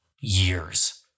years